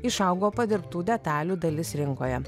išaugo padirbtų detalių dalis rinkoje